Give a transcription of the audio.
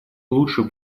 лучше